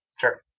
Sure